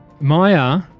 Maya